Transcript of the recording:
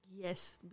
Yes